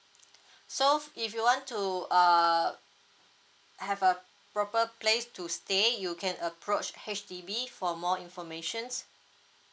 so if you want to uh have a proper place to stay you can approach H_D_B for more information